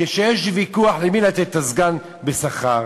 כשיש ויכוח למי לתת את הסגן בשכר,